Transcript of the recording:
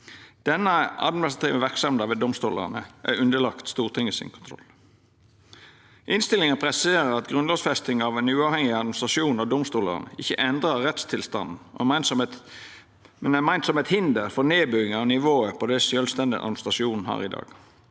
Denne administrative verksemda ved domstolane er underlagd Stortingets kontroll. Innstillinga presiserer at grunnlovsfesting av ein uavhengig administrasjon av domstolane ikkje endrar rettstilstanden, men er meint som eit hinder for nedbygging av nivået på det sjølvstendet administrasjon har i dag.